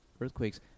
earthquakes